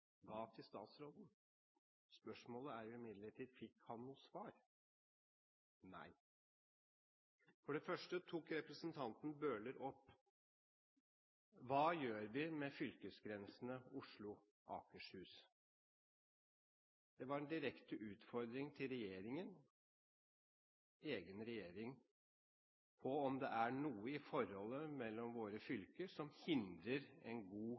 ga til statsråden. Spørsmålet er imidlertid: Fikk han noe svar? Nei. For det første tok representanten Bøhler opp: Hva gjør vi med fylkesgrensene Oslo–Akershus? Det var en direkte utfordring til egen regjering om hvorvidt det er noe i forholdet mellom våre fylker som hindrer en god